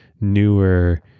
newer